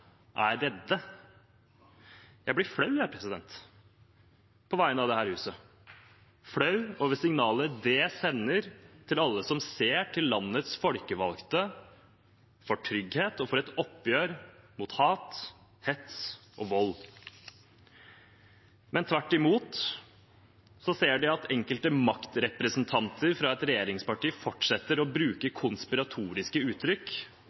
av dette huset, flau over signalet det sender til alle som ser til landets folkevalgte for trygghet og for et oppgjør mot hat, hets og vold, men tvert imot ser at enkelte maktrepresentanter fra et regjeringsparti fortsetter å bruke konspiratoriske uttrykk